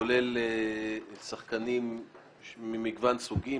כולל שחקנים ממגוון סוגים,